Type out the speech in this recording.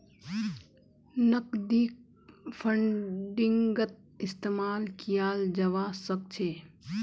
नकदीक फंडिंगत इस्तेमाल कियाल जवा सक छे